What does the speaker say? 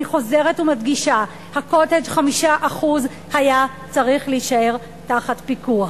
אני חוזרת ומדגישה: ה"קוטג'" 5% היה צריך להישאר תחת פיקוח.